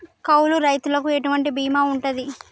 కౌలు రైతులకు ఎటువంటి బీమా ఉంటది?